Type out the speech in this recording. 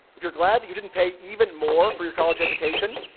if you're glad that you didn't pay even more for your college education,